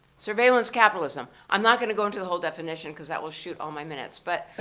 surveillance capitalism, i'm not gonna go into the whole definition cause that will shoot all my minutes, but,